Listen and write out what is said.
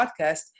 podcast